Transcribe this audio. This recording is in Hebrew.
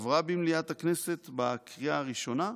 עברה במליאת הכנסת בקריאה הראשונה,